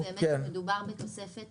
מדובר בתוספת